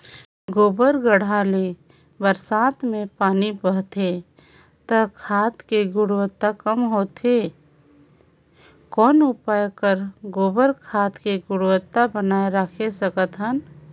गोबर गढ्ढा ले बरसात मे पानी बहथे त खाद के गुणवत्ता कम होथे कौन उपाय कर गोबर खाद के गुणवत्ता बनाय राखे सकत हन?